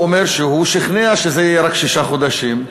אומר שהוא שכנע שזה יהיה רק שישה חודשים.